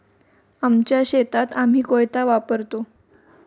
आमच्या शेतात आम्ही कोयता वापरतो